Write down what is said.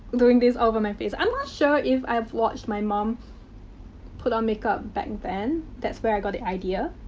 doing this all over my face. i'm not sure if i've watched my mom put on makeup back then. that's where i got the idea.